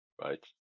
right